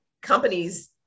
companies